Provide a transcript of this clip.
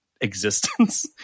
existence